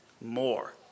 more